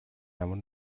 ямар